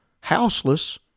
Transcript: houseless